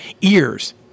ears